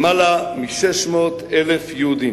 יותר מ-600,000 יהודים.